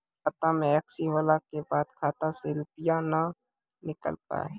खाता मे एकशी होला के बाद खाता से रुपिया ने निकल पाए?